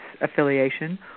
affiliation